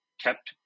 kept